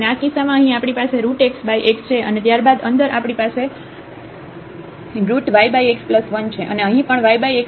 અને આ કિસ્સામાં અહીં આપણી પાસે xxછે અને ત્યારબાદ અંદર આપણી પાસે yx1 છે અને અહીં પણ yx1 છે